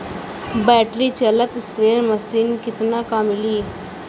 Battery चलत sprayer machine कितना क मिली?